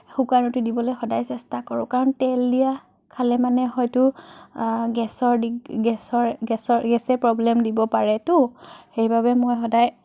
শুকান ৰুটি দিবলৈ সদায় চেষ্টা কৰোঁ কাৰণ তেল দিয়া খালে মানে হয়তো গেছৰ দিগ গেছৰ গেছৰ গেছে প্ৰ'ব্লেম দিব পাৰেতো সেইবাবে মই সদায়